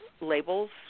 labels